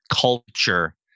culture